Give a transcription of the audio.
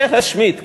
להשמיד.